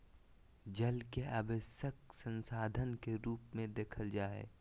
जल के आवश्यक संसाधन के रूप में देखल जा हइ